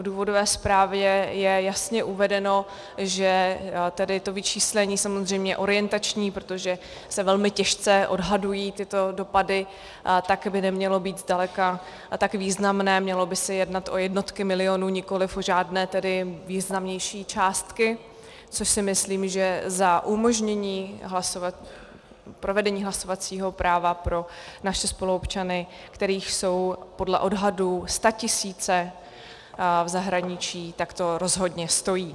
V důvodové zprávě je jasně uvedeno, že vyčíslení, samozřejmě orientační, protože se velmi těžce odhadují tyto dopady, by nemělo být zdaleka tak významné, mělo by se jednat o jednotky milionů, nikoliv o významnější částky, což si myslím, že za umožnění provedení hlasovacího práva pro naše spoluobčany, kterých jsou podle odhadu statisíce v zahraničí, to rozhodně stojí.